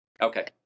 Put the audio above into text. Okay